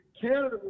Canada